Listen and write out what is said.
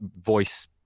voice